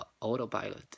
autopilot